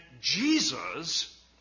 Jesus